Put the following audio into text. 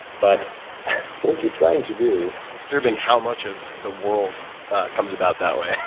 but what you're trying to do it's disturbing how much of the world comes about that way.